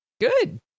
Good